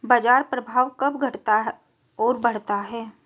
बाजार प्रभाव कब घटता और बढ़ता है?